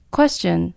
Question